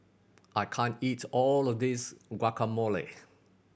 I can't eat all of this Guacamole